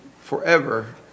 forever